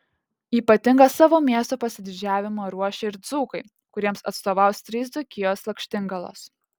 ypatingą savo miesto pasididžiavimą ruošia ir dzūkai kuriems atstovaus trys dzūkijos lakštingalos